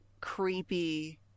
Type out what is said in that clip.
creepy